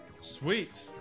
Sweet